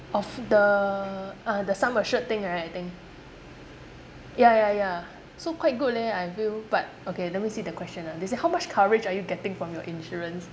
of the ah the sum assured thing right I think ya ya ya so quite good leh I feel but okay let me see the question ah they say how much coverage are you getting from your insurance